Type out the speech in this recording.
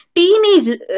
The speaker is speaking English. Teenage